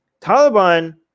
Taliban